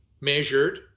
measured